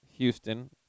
Houston